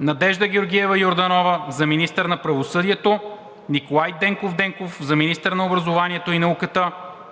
Надежда Георгиева Йорданова – за министър на правосъдието; Николай Денков Денков – за министър на образованието и науката;